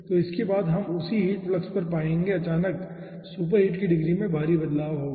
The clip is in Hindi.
तो उसके बाद हम उसी हीट फ्लक्स पर पाएंगे अचानक सुपरहीट की डिग्री में भारी बदलाव होगा